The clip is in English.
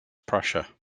prussia